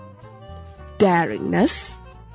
daringness